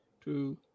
two